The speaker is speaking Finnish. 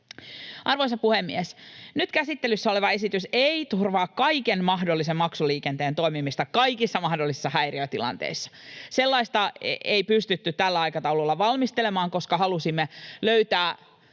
Arvoisa puhemies! Nyt käsittelyssä oleva esitys ei turvaa kaiken mahdollisen maksuliikenteen toimimista kaikissa mahdollisissa häiriötilanteissa. Sellaista ei pystytty tällä aikataululla valmistelemaan, koska halusimme löytää